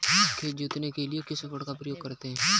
खेत को जोतने के लिए किस उपकरण का उपयोग करते हैं?